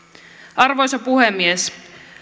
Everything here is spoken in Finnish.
arvoisa puhemies